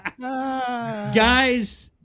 Guys